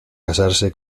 casarse